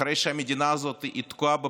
אחרי שהמדינה הזאת תקועה בפקקים?